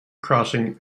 crossing